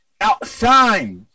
outside